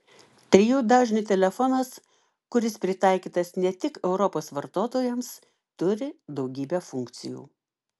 trijų dažnių telefonas kuris pritaikytas ne tik europos vartotojams turi daugybę funkcijų